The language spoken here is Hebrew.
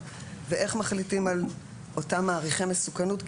ואיך מחליטים על אותם מעריכי מסוכנות,